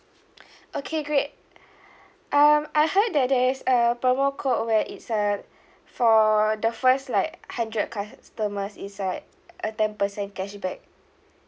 okay great um I heard that there is a promo code where it's err for the first like hundred customers is like a ten percent cashback